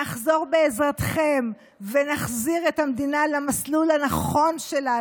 נחזור בעזרתכם ונחזיר את המדינה למסלול הנכון שלה,